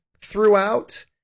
throughout